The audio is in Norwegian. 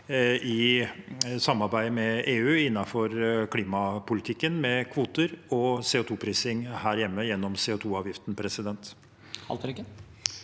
i samarbeid med EU innenfor klimapolitikken, med kvoter, og CO2-prising her hjemme, gjennom CO2-avgiften. Lars